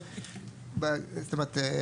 זאת אומרת,